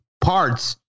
parts